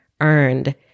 earned